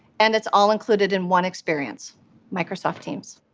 and it's all included in one experience microsoft teams.